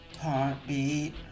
Heartbeat